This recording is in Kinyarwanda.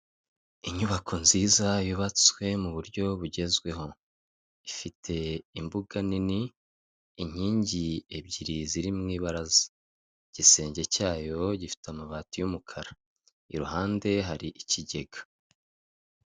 Inyubako nziza yubatswe muburyo bugezweho. Ifite imbuga nini, inkingi ebyiri ziri mu ibaraza, igisenge cyayo gifite amabati y'umukara, iruhande hari ikigega.